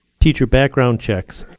teacher background checks,